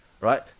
right